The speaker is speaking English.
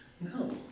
No